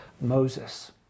Moses